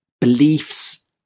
beliefs